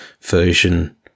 version